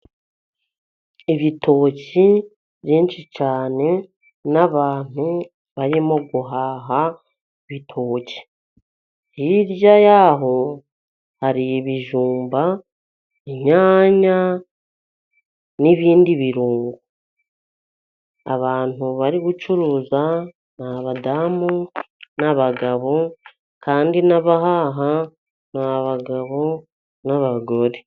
Ibitoki byinshi cyane n'abantu barimo guhaha ibitoki. Hirya y'aho hari ibijumba, inyanya n'ibindi birungo. Abantu bari gucuruza ni abadamu, n'abagabo kandi nabahaha ni abagabo n'abagore.